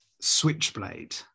Switchblade